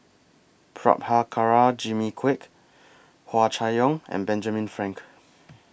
Prabhakara Jimmy Quek Hua Chai Yong and Benjamin Frank